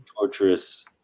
Torturous